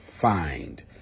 find